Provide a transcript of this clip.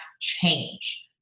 change